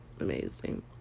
amazing